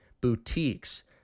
boutiques